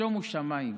שומו שמיים?